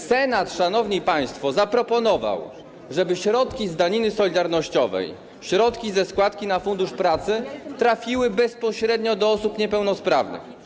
Senat, szanowni państwo, zaproponował, żeby środki z daniny solidarnościowej, środki ze składki na Fundusz Pracy trafiły bezpośrednio do osób niepełnosprawnych.